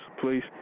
please